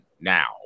now